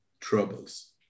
troubles